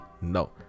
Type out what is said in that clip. No